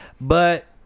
But-